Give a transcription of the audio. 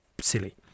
silly